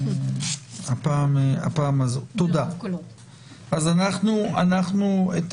הבקשה להארכת